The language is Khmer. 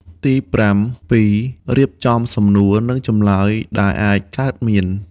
ទីប្រាំពីរ រៀបចំសំណួរ និងចម្លើយដែលអាចកើតមាន។